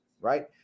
right